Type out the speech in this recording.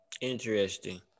interesting